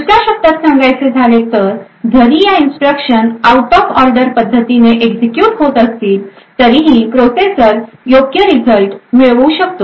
दुसऱ्या शब्दात सांगायचे झाले तर जरी ह्या इन्स्ट्रक्शन आऊट ऑफ ऑर्डर पद्धतीने एक्झिक्युट होतं असतील तरीही प्रोसेसर योग्य रिझल्ट मिळवू शकतो